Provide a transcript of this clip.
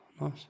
Nice